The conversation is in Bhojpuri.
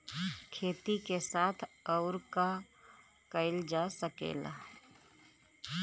खेती के साथ अउर का कइल जा सकेला?